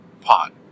pot